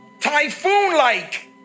Typhoon-like